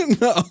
No